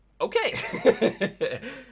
Okay